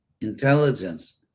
intelligence